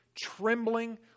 trembling